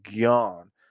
gone